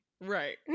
Right